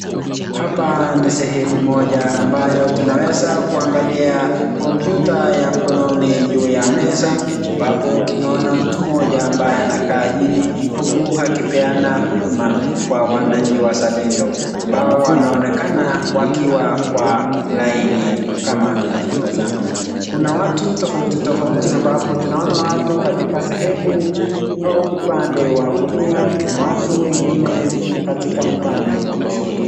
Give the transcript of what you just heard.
Hapa ni sehemu moja ambayo tunaweza kuangalia kompyuta ya mkononi juu ya meza, ambapo tunaona mtu mmoja ambaye anakaa chini huku akipeana huduma kwa wananchi wazalendo ambao wanaonekana wakiwa kwa laini kama tunavyotazama. Kuna watu tofauti tofauti ambapo tunaona watu katika sehemu au upande wa kulia na watu wengine katika upande wa kushoto.